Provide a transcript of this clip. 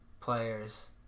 players